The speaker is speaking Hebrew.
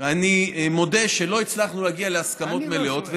אני מודה שלא הצלחנו להגיע להסכמות מלאות,